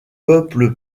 peuple